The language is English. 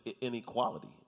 inequality